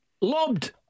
Lobbed